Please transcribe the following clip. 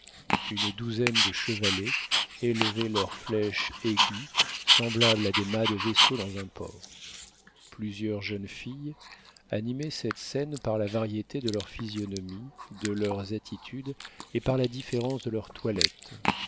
une douzaine de chevalets élevaient leurs flèches aiguës semblables à des mâts de vaisseau dans un port plusieurs jeunes filles animaient cette scène par la variété de leurs physionomies de leurs attitudes et par la différence de leurs toilettes